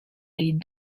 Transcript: les